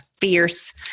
fierce